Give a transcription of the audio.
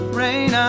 rain